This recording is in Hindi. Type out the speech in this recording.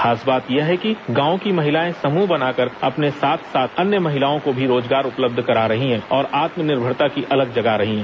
खास बात यह है कि गांव की महिलाएं समूह बनाकर अपने साथ साथ अन्य महिलाओं को भी रोजगार उपलब्ध करा रही हैं और आत्मनिर्भरता की अलख जगा रही हैं